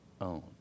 own